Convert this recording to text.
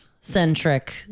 centric